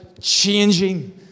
changing